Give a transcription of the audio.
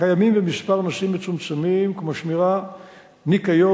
קיימים בכמה נושאים מצומצמים כמו שמירה וניקיון,